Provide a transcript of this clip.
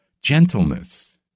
Gentleness